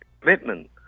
commitment